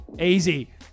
Easy